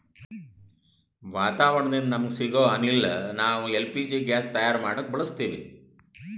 ವಾತಾವರಣದಿಂದ ನಮಗ ಸಿಗೊ ಅನಿಲ ನಾವ್ ಎಲ್ ಪಿ ಜಿ ಗ್ಯಾಸ್ ತಯಾರ್ ಮಾಡಕ್ ಬಳಸತ್ತೀವಿ